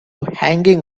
hanging